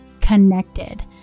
connected